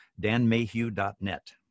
danmayhew.net